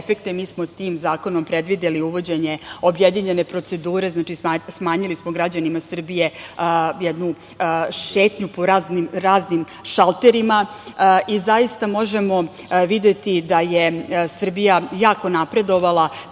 efekte i mi smo tim zakonom predvideli uvođenje objedinjenje procedure, znači smanjili smo građanima Srbije jednu šetnju po raznim šalterima. Zaista možemo videti da je Srbija jako napredovala.